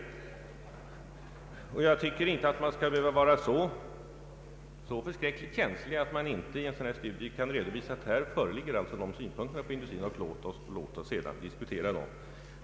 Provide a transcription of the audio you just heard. Jag tycker inte att man skall vara så förskräckligt känslig att man inte i en sådan här studie kan redovisa de synpunkter som föreligger och sedan diskutera dem.